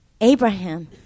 Abraham